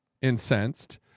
incensed